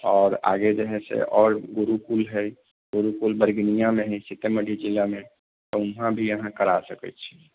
आओर आगे जे है से औ आओर गुरुकुल है गुरुकुल बैरगनियामेहै सीतेमढ़ी जिलामे तऽ उहाँ भी अहाॅं करा सकै छी